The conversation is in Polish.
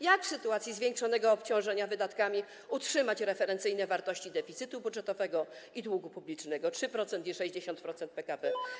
Jak w sytuacji zwiększonego obciążenia wydatkami utrzymać referencyjne wartości deficytu budżetowego i długu publicznego - 3% i 60% PKB?